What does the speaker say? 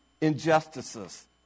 injustices